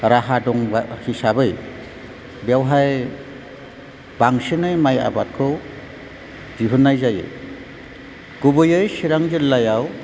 राहा दं हिसाबै बेवहाय बांसिनै माइ आबादखौ दिहुननाय जायो गुबैयै चिरां जिल्लायाव